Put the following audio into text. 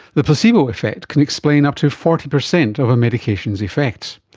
the placebo effect can explain up to forty percent of a medication's effects.